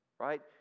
right